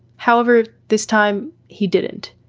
however, this time he didn't.